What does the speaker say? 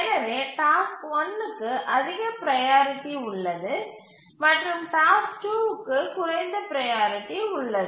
எனவே டாஸ்க் 1 க்கு அதிக ப்ரையாரிட்டி உள்ளது மற்றும் டாஸ்க் 2 க்கு குறைந்த ப்ரையாரிட்டி உள்ளது